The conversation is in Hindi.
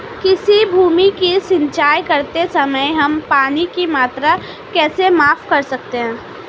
किसी भूमि की सिंचाई करते समय हम पानी की मात्रा कैसे माप सकते हैं?